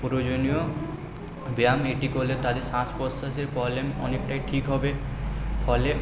প্রয়োজনীয় ব্যায়াম এটি করলে তাদের শ্বাস প্রশ্বাসের প্রব্লেম অনেকটাই ঠিক হবে ফলে